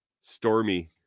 Stormy